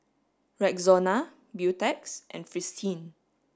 Rexona Beautex and Fristine